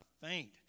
faint